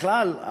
בכלל,